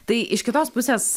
tai iš kitos pusės